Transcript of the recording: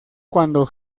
cuando